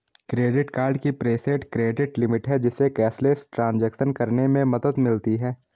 credit card की preset credit limit है, जिससे कैशलेस ट्रांज़ैक्शन करने में मदद मिलती है